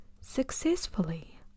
successfully